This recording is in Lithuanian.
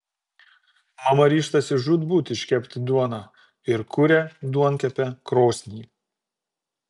mama ryžtasi žūtbūt iškepti duoną ir kuria duonkepę krosnį